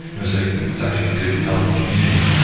it was ah was actually a good healthy community.